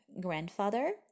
Grandfather